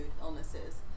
illnesses